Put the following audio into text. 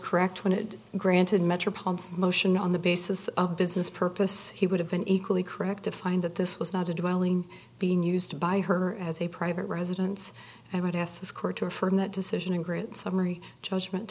correct when it granted metroplex motion on the basis of business purpose he would have been equally correct to find that this was not a dwelling being used by her as a private residence i would ask this court to affirm that decision ingrid summary judgment